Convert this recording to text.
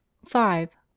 five.